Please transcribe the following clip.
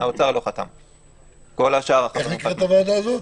איך נקראת הוועדה הזאת?